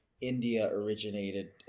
India-originated